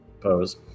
pose